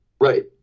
Right